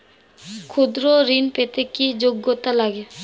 ক্ষুদ্র ঋণ পেতে কি যোগ্যতা লাগে?